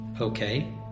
Okay